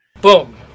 Boom